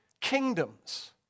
kingdoms